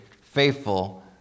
faithful